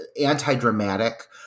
anti-dramatic